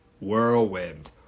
Whirlwind